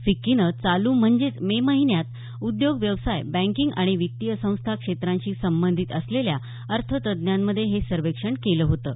फिक्कीनं चालू म्हणजेच मे महिन्यात उद्योग व्यवसाय बँकींग आणि वित्तीय संस्था क्षेत्रांशी संबंधीत असलेल्या अर्थतज्ञांमध्ये हे सर्वेक्षण केलं होतं